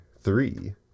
three